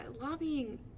lobbying